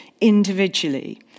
individually